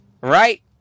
Right